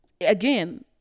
Again